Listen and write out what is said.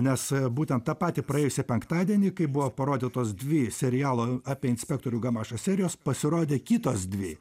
nes būtent tą patį praėjusį penktadienį kai buvo parodytos dvi serialo apie inspektorių gamašą serijos pasirodė kitos dvi